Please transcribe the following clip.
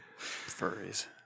Furries